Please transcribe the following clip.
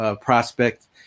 prospect